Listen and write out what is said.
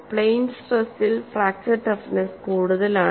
plane സ്ട്രെസിൽ fracture toughness കൂടുതലാണ്